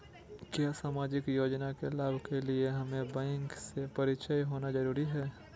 क्या सामाजिक योजना के लाभ के लिए हमें बैंक से परिचय होना जरूरी है?